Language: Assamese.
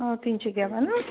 অঁ তিনিচুকীয়া পৰা নহ্